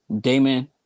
Damon